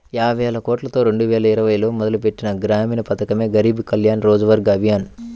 యాబైవేలకోట్లతో రెండువేల ఇరవైలో మొదలుపెట్టిన గ్రామీణ పథకమే గరీబ్ కళ్యాణ్ రోజ్గర్ అభియాన్